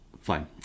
Fine